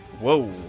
whoa